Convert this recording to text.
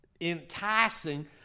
enticing